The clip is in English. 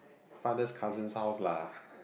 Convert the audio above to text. father's cousin house lah